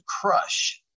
crush